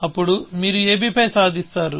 అప్పుడు మీరు ab పై సాధిస్తారు